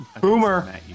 boomer